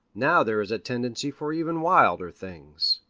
now there is a tendency for even wilder things.